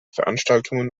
veranstaltungen